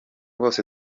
bose